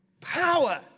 Power